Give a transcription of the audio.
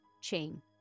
chain